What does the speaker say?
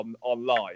online